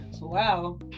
wow